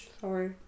sorry